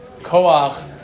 koach